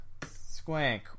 Squank